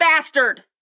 bastard